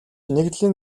нэгдлийн